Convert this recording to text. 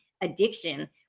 addiction